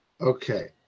Okay